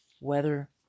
Weather